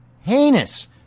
heinous